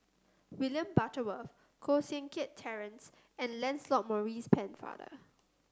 William Butterworth Koh Seng Kiat Terence and Lancelot Maurice Pennefather